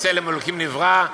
בצלם אלוקים נברא,